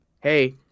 hey